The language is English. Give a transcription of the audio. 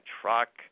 truck